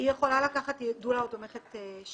היא יכולה לקחת דולה או תומכת לידה,